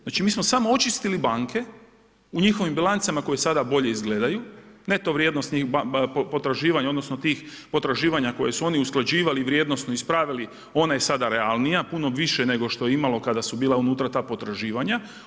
Znači mi smo samo očistili banke u njihovim bilancama koje sada bolje izgledaju, neto vrijednost potraživanja, odnosno, tih potraživanja koji su oni usklađivali i vrijednosno ispravili, ona je sada realnija, puno više nego što je imalo, kada su bila unutra ta potraživanja.